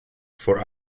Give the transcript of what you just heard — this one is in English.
for